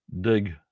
dig